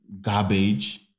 garbage